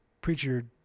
preacher